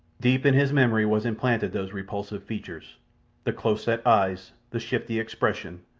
deep in his memory was implanted those repulsive features the close-set eyes, the shifty expression,